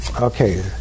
Okay